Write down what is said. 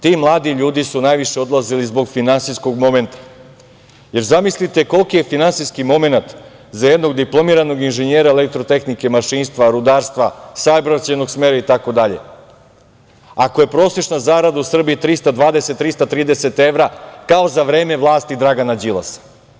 Ti mladi ljudi su najviše odlazili zbog finansijskog momenta, jer zamislite koliki je finansijski momenat za jednog diplomiranog inženjera elektrotehnike, mašinstva, rudarstva, saobraćajnog smera itd, ako je prosečna zarada u Srbiji 320, 330 evra, kao za vreme vlasti Dragana Đilasa.